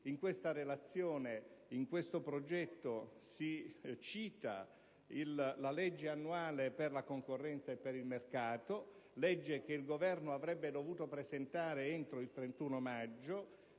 legislativi. In questo progetto si cita la legge annuale per la concorrenza e per il mercato, legge che il Governo avrebbe dovuto presentare entro il 31 maggio,